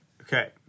Okay